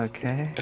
Okay